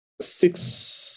six